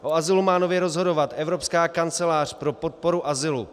O azylu má nově rozhodovat Evropská kancelář pro podporu azylu.